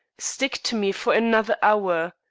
stick to me for another hour,